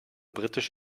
britisch